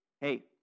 hey